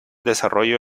desarrollo